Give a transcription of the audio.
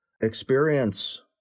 experience